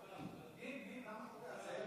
פנים, פנים.